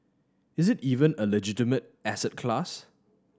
is it even a legitimate asset class